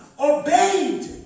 obeyed